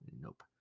Nope